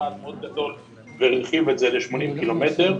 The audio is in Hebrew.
גדול מאוד והרחיב את זה ל-80 קילומטר,